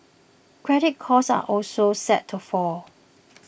credit costs are also set to fall